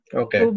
okay